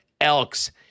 Elks